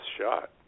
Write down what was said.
shot